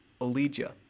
Olegia